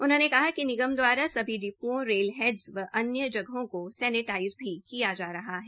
उन्होंने कहा कि निगम द्वारा सभी डिप्ओं रेल हेड़ अन्य जगहों की सैनेटाइज भी किया जा रहा है